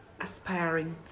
aspiring